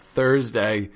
Thursday